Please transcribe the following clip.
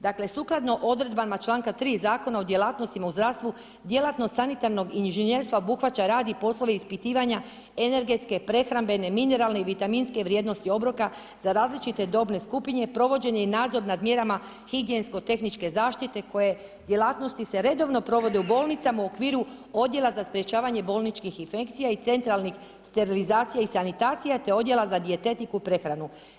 Dakle, sukladno odredbama članka 3. Zakona o djelatnostima u zdravstvu, djelatnost sanitarnog inženjerstva obuhvaća rad i poslove ispitivanja energetske, prehrambene, mineralne i vitaminske vrijednosti obroka za različite dobne skupine, provođenje i nadzor nad mjerama higijensko-tehničke zaštite koje djelatnosti se redovno provode u bolnicama u okviru odjela za sprječavanje bolničkih infekcija i centralnih sterilizacija i sanitacija te odjela za dijetetiku i prehranu.